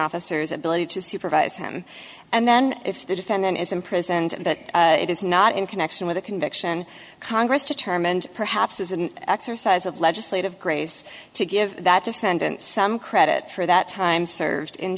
officers ability to supervise him and then if the defendant is imprisoned but it is not in connection with a conviction congress determined perhaps as an exercise of legislative grace to give that defendant some credit for that time served in